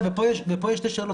ופה יש שתי שאלות,